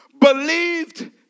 Believed